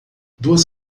duas